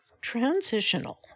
transitional